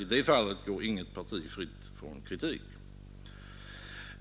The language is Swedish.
I det fallet går dock inget parti fritt från kritik.